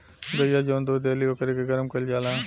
गइया जवन दूध देली ओकरे के गरम कईल जाला